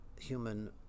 human